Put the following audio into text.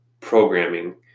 programming